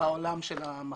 בעולם של המחר.